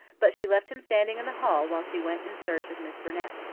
but she left him standing in the hall while she went in search of miss burnett.